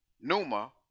Numa